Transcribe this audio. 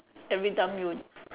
every time you